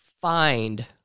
find